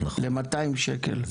למאתיים שקל,